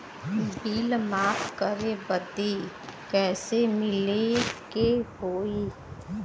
Bill माफ करे बदी कैसे मिले के होई?